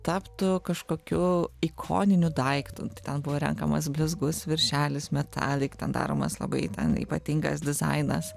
taptų kažkokiu ikoniniu daiktu tai ten buvo renkamas blizgus viršelis metalik ten daromas labai ten ypatingas dizainas